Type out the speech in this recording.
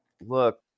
look